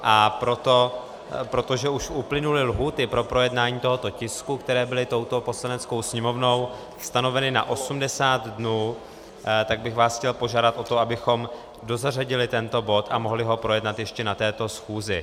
A protože už uplynuly lhůty pro projednání tohoto tisku, které byly touto Poslaneckou sněmovnou stanoveny na 80 dnů, tak bych vás chtěl požádat o to, abychom dozařadili tento bod a mohli ho projednat ještě na této schůzi.